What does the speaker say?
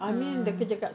ah